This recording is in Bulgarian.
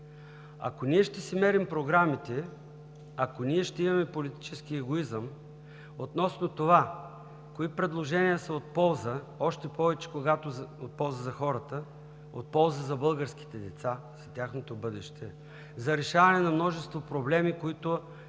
Ако ние ще си мерим програмите, ако ние ще имаме политически егоизъм относно това кои предложения са от полза – още повече когато са от полза за хората, от полза за българските деца, за тяхното бъдеще, за решаване на множество проблеми, които са